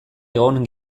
egon